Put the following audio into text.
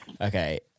Okay